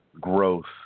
growth